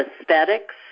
aesthetics